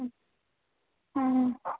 हैं